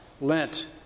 Lent